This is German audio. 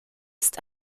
ist